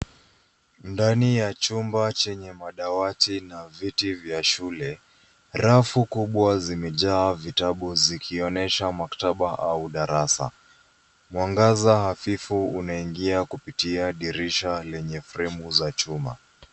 Ndani ya chumba chenye madawati na viti vya shule, rafu kubwa zimejaa vitabu zikionyesha maktaba au darasa. Mwangaza hafifu unaingia kupitia dirisha lenye fremu za chuma.